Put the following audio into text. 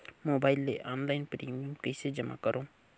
Mobile ले online premium कइसे जमा करों?